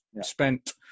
spent